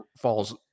falls